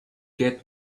get